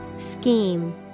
Scheme